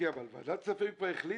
אבל ועדת הכספים כבר החליטה.